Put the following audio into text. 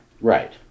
Right